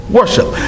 worship